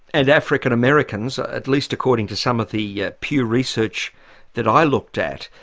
and african americans, at least according to some of the yeah pew research that i looked at,